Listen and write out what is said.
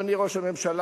אדוני ראש הממשלה,